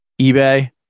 ebay